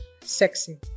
sexy